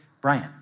Brian